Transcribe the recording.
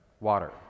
water